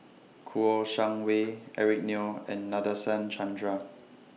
Kouo Shang Wei Eric Neo and Nadasen Chandra